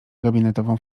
gabinetową